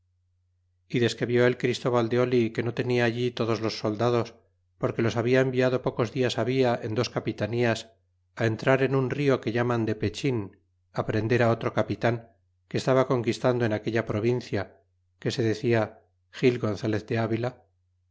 y desque vi el christóval de que no tenia allí todos los soldados porque los habla enviado pocos dias habia en dos capitanías entrar en un rio que llaman de pechin prender otro capitan que estaba conquistando en aquella provincia que se decia gil gonzalez de avila